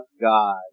God